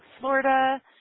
Florida